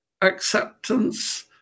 acceptance